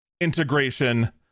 integration